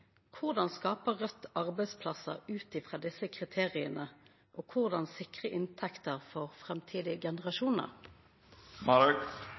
Korleis skaper Raudt arbeidsplassar ut frå desse kriteria, og korleis sikrar ein inntekter for